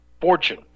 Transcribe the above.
fortune